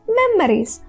memories